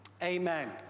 Amen